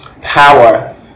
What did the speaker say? power